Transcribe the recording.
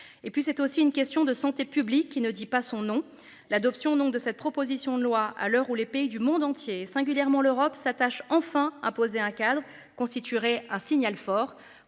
et puis c'est aussi une question de santé publique qui ne dit pas son nom. L'adoption non de cette proposition de loi à l'heure où les pays du monde entier et singulièrement l'Europe s'attache enfin imposer un cadre constituerait un signal fort